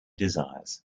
desires